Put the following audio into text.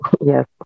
Yes